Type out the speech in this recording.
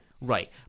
Right